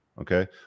okay